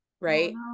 Right